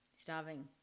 Starving